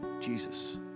Jesus